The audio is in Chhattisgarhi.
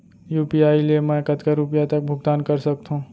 यू.पी.आई ले मैं कतका रुपिया तक भुगतान कर सकथों